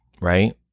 Right